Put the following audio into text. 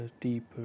deeper